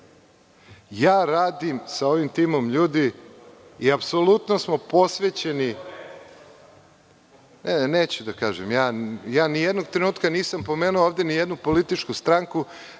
radim sa ovi timom ljudi i apsolutno smo posvećeni. Ne, ne neću da kažem. Ni jednog trenutka nisam pomenuo ovde ni jednu političku stranku,